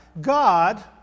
God